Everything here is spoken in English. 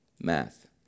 Math